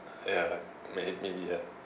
ya maybe ya